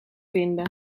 vinden